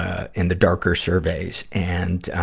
ah and the darker surveys. and,